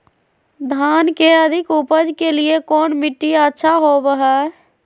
धान के अधिक उपज के लिऐ कौन मट्टी अच्छा होबो है?